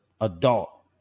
adult